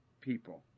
people